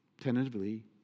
tentatively